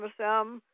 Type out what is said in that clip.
MSM